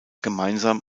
gemeinsam